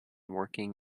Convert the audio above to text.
working